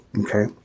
Okay